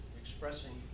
expressing